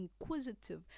inquisitive